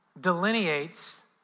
delineates